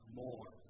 more